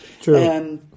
True